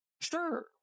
Sure